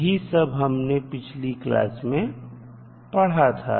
यही सब हमने पिछली क्लास में पढ़ा था